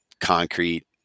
concrete